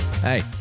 hey